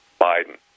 Biden